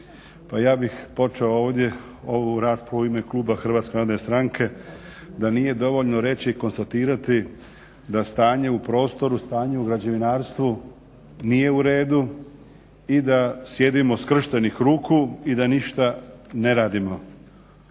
ja bih počeo ovdje ovu raspravu u ime kluba Hrvatske narodne stranke da nije dovoljno reći, konstatirati da stanje u prostoru, stanje u građevinarstvu nije u redu i da sjedimo skrštenih ruku i da ništa ne radimo.